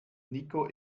niko